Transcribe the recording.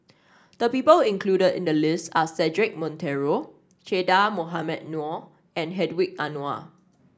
the people included in the list are Cedric Monteiro Che Dah Mohamed Noor and Hedwig Anuar